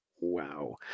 Wow